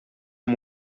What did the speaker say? amb